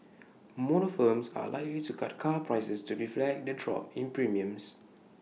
motor firms are likely to cut car prices to reflect the drop in premiums